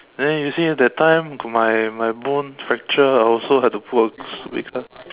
then you see that time got my my bone fractured I also had to put a stupid cast